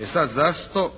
E sad zašto,